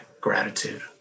gratitude